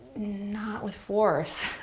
not with force.